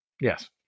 Yes